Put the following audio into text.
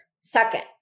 Second